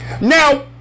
Now